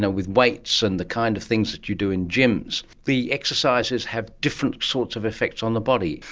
ah with weights and the kind of things that you do in gyms. the exercises have different sort of effects on the body.